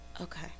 okay